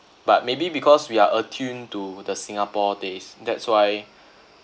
but maybe because we are attuned to the singapore taste that's why